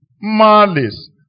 malice